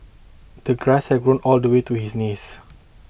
the grass had grown all the way to his knees